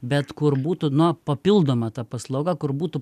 bet kur būtų na papildoma paslauga kur būtų